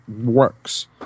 works